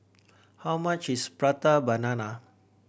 how much is Prata Banana